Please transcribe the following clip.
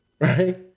right